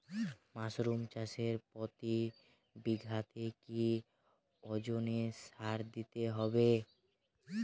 Mushroom চাষে প্রতি বিঘাতে কি ওজনে সার দিতে হবে?